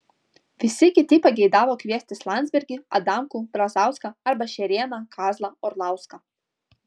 visi kiti pageidavo kviestis landsbergį adamkų brazauską arba šerėną kazlą orlauską